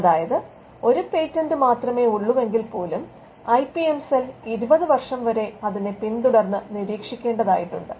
അതായത് ഒരു പേറ്റന്റ് മാത്രമേ ഉള്ളുവെങ്കിൽപോലും ഐ പി എം സെൽ 20 വർഷംവരെ അതിനെ പിന്തുടർന്ന് നിരീക്ഷിക്കേണ്ടതായിട്ടുണ്ട്